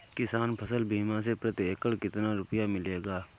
किसान फसल बीमा से प्रति एकड़ कितना रुपया मिलेगा?